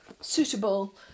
suitable